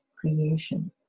creation